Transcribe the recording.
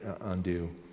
undo